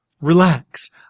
relax